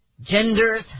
genders